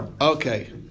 Okay